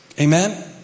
Amen